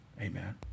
Amen